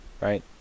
right